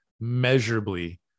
measurably